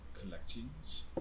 collections